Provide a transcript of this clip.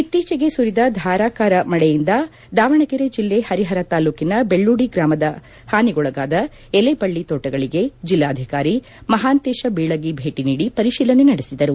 ಇತ್ತೀಚೆಗೆ ಸುರಿದ ಧಾರಾಕಾರ ಮಳೆಯಿಂದ ದಾವಣಗೆರೆ ಜಿಲ್ಲೆ ಪರಿಹರ ತಾಲ್ಲೂಕಿನ ಬೆಳ್ಳೂಡಿ ಗ್ರಾಮದ ಹಾನಿಗೊಳಗಾದ ಎಲೆಬಳ್ಳಿ ತೋಟಗಳಿಗೆ ಜಿಲ್ಲಾಧಿಕಾರಿ ಮಹಾಂತೇಶ ಬೀಳಗಿ ಭೇಟಿ ನೀಡಿ ಪರಿಶೀಲನೆ ನಡೆಸಿದರು